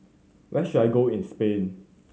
where should I go in Spain